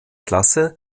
klasse